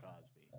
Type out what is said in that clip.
Cosby